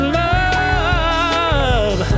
love